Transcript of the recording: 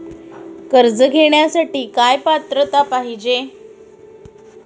कर्ज घेण्यासाठी काय पात्रता पाहिजे?